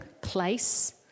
place